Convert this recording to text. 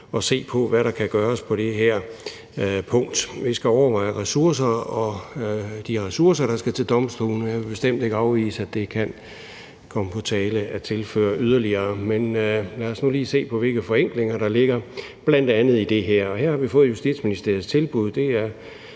at se på, hvad der kan gøres på det her punkt. Vi skal overveje de ressourcer, der skal til domstolene, og jeg vil bestemt ikke afvise, at det kan komme på tale at tilføre yderligere, men lad os nu lige se på, hvilke forenklinger der ligger, bl.a. i det her. Og her har vi fået Justitsministeriets bud,